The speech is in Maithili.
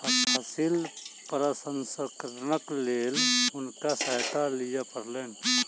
फसिल प्रसंस्करणक लेल हुनका सहायता लिअ पड़लैन